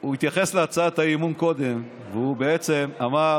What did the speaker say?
הוא התייחס להצעת האי-אמון קודם, והוא בעצם אמר